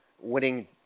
winning